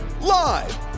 Live